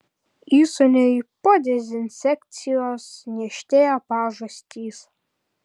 įsūniui po dezinsekcijos niežtėjo pažastys